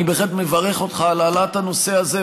אני בהחלט מברך אותך על העלאת הנושא הזה,